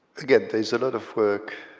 again, there is a lot of work